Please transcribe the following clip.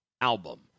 album